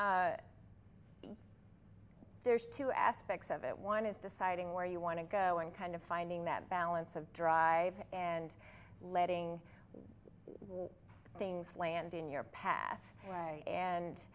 it there's two aspects of it one is deciding where you want to go and kind of finding that balance of drive and letting things land in your path